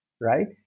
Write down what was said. right